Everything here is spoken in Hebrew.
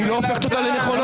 היא לא הופכת אותה לנכונה.